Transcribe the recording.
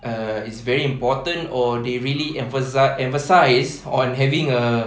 err it's very important or they really emphasise emphasise on having a